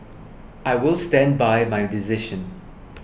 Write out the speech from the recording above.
I will stand by my decision